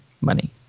money